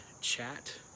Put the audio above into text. chat